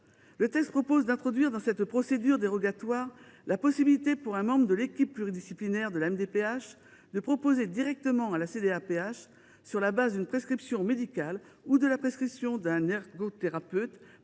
le texte d’introduire au sein de cette procédure dérogatoire la possibilité pour un membre de l’équipe pluridisciplinaire de la MDPH de proposer directement à la CDAPH, sur la base d’une prescription médicale ou de la prescription d’un ergothérapeute